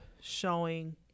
showing